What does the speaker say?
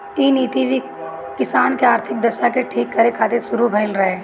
इ नीति किसान के आर्थिक दशा के ठीक करे खातिर शुरू भइल रहे